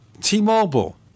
t-mobile